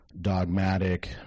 dogmatic